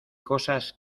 cosas